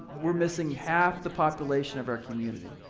we're missing half the population of our community.